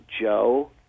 Joe